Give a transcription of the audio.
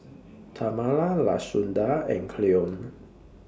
Tamala Lashunda and Cleone